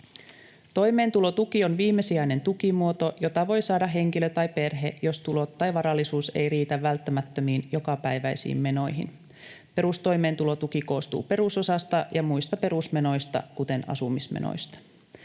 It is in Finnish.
Toimeentulotuki on viimesijainen tukimuoto, jota voi saada henkilö tai perhe, jos tulot tai varallisuus eivät riitä välttämättömiin jokapäiväisiin menoihin. Perustoimeentulotuki koostuu perusosasta ja muista perusmenoista, kuten asumismenoista.